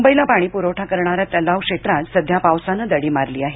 मुंबईला पाणीपुरवठा करणाऱ्या तलाव क्षेत्रात सद्या पावसाने दडी मारली आहे